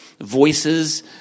voices